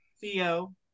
Theo